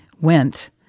went